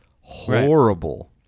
horrible